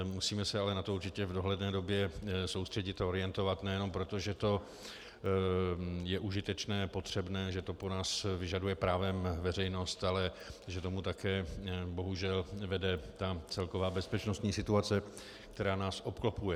Musíme se na to ale určitě v dohledné době soustředit a orientovat nejenom proto, že to je užitečné a potřebné, že to po nás vyžaduje právem veřejnost, ale že k tomu také bohužel vede celková bezpečnostní situace, která nás obklopuje.